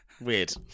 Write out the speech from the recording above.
Weird